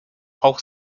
auch